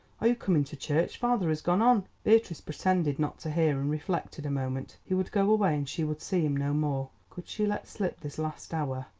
are you coming to church? father has gone on. beatrice pretended not to hear, and reflected a moment. he would go away and she would see him no more. could she let slip this last hour?